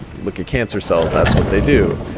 look at cancer cells. that's what they do.